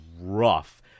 rough